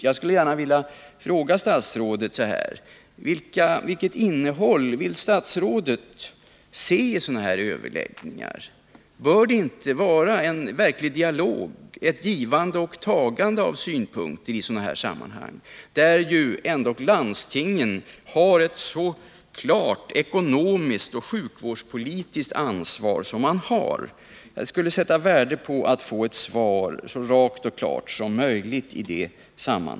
Jag skulle gärna vilja fråga statsrådet: Vilket innehåll vill statsrådet se i sådana här överläggningar? Bör det inte vara en verklig dialog, ett givande och tagande av synpunkter i sådana här sammanhang, där ju ändå landstingen har ett så klart ekonomiskt och sjukvårdspolitiskt ansvar? Jag skulle sätta värde på att få ett så rakt och klart svar som möjligt.